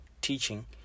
teaching